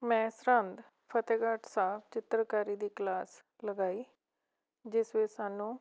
ਮੈਂ ਸਰਹਿੰਦ ਫਤਿਹਗੜ੍ਹ ਸਾਹਿਬ ਚਿੱਤਰਕਾਰੀ ਦੀ ਕਲਾਸ ਲਗਾਈ ਜਿਸ ਵਿੱਚ ਸਾਨੂੰ